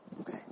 Okay